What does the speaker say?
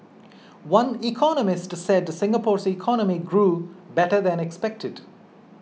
one economist said Singapore's economy grew better than expected